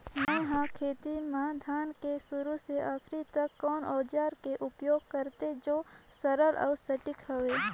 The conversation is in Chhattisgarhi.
मै हर खेती म धान के शुरू से आखिरी तक कोन औजार के उपयोग करते जो सरल अउ सटीक हवे?